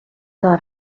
دار